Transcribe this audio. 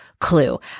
clue